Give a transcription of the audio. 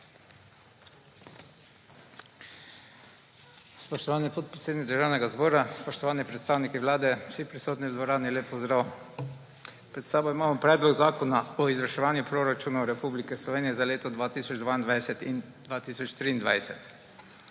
Spoštovani podpredsednik Državnega zbora, spoštovani predstavniki Vlade, vsi prisotni v dvorani, lep pozdrav! Pred sabo imamo Predlog zakona o izvrševanju proračunov Republike Slovenije za leti 2022 in 2023.